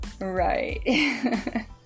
Right